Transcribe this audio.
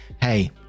hey